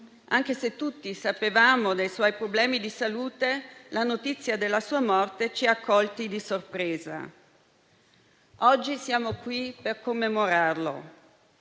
Anche se tutti sapevamo dei suoi problemi di salute, la notizia della sua morte ci ha colti di sorpresa. Oggi siamo qui per commemorarlo,